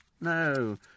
No